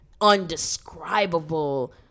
undescribable